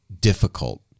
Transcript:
difficult